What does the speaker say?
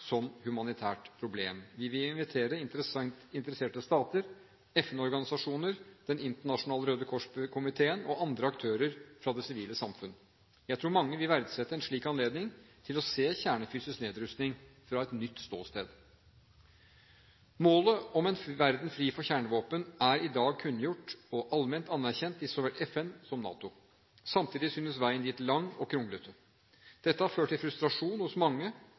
som humanitært problem. Vi vil invitere interesserte stater, FN-organisasjoner, Den internasjonale Røde Kors-komiteen og andre aktører fra det sivile samfunn. Jeg tror mange vil verdsette en slik anledning til å se kjernefysisk nedrustning fra et nytt ståsted. Målet om en verden fri for kjernevåpen er i dag kunngjort og allment anerkjent i så vel FN som i NATO. Samtidig synes veien dit lang og kronglete. Dette har ført til frustrasjon hos mange,